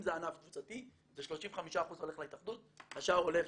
אם זה ענף קבוצתי, 35% הולך להתאחדות, השאר הולך